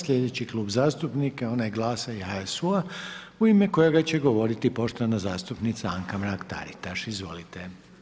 Sljedeći Klub zastupnika je onaj GLAS-a i HSU-a, u ime kojega će govoriti poštovana zastupnica Anka Mrak Taritaš, izvolite.